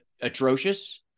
atrocious